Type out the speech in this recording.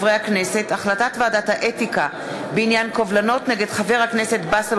החלטת ועדת האתיקה בעניין קובלנות נגד חבר הכנסת באסל